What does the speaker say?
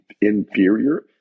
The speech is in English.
inferior